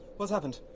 what's happened?